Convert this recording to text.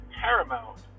Paramount